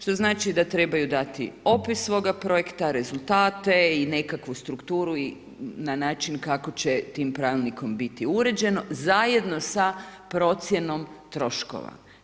Što znači da trebaju dati opis svoga projekta, rezultate i nekakvu strukturu i na način kako će tim pravilnikom biti uređeno zajedno sa procjenom troškova.